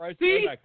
See